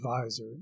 advisor